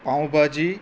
pav bhaji